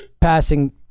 passing